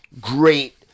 Great